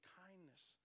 kindness